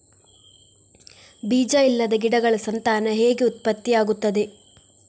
ಬೀಜ ಇಲ್ಲದ ಗಿಡಗಳ ಸಂತಾನ ಹೇಗೆ ಉತ್ಪತ್ತಿ ಆಗುತ್ತದೆ?